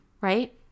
right